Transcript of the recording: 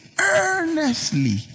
earnestly